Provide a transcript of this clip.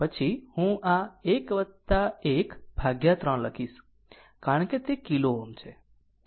તેથી હું આ 1 1 ભાગ્યા 3 લખીશ કારણ કે તે કિલો Ω છે